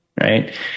Right